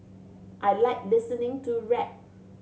I like listening to rap